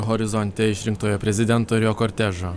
horizonte išrinktojo prezidento ir jo kortežo